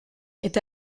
est